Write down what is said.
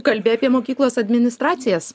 kalbi apie mokyklos administracijas